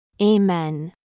Amen